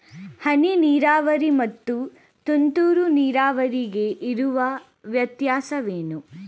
ಹನಿ ನೀರಾವರಿ ಮತ್ತು ತುಂತುರು ನೀರಾವರಿಗೆ ಇರುವ ವ್ಯತ್ಯಾಸವೇನು?